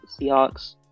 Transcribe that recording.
Seahawks